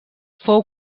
fou